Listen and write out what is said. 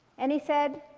and he said,